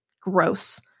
gross